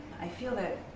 i feel that